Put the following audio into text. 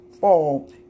fall